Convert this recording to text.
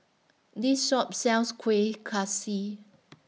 This Shop sells Kuih Kaswi